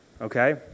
Okay